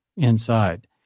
inside